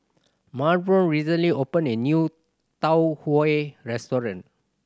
Melbourne recently opened a new Tau Huay restaurant